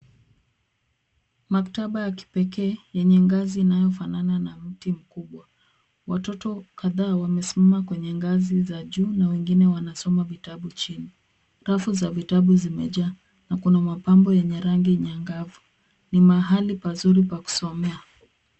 Maktaba ya kipekee yenye ngazi inayofanana na mti mkubwa. Watoto kadhaa wamesimama kwenye ngazi za juu na wengine wanasoma vitabu chini. Rafu za vitabu zimejaa na kuna mapambo yenye rangi nyangavu. Ni mahali pazuri pa kusomea.